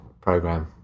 program